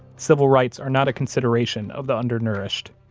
civil rights are not a consideration of the under-nourished.